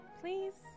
Please